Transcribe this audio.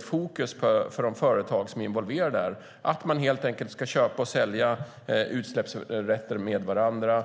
Fokus för de företag som är involverade har i stället blivit att man helt enkelt ska köpa och sälja utsläppsrätter sinsemellan.